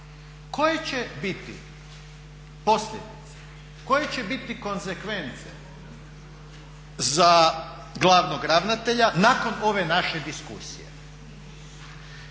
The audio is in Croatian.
Koje će biti posljedice,… koje će biti konzekvence za glavnog ravnatelja nakon ove naše diskusije.